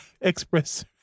Express